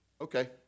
okay